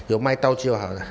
有卖到就好啦